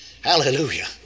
Hallelujah